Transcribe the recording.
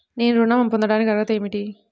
నేను ఋణం పొందటానికి అర్హత ఏమిటి?